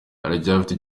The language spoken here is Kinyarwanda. aracyafite